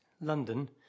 London